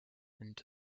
into